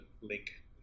link